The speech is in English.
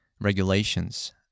regulations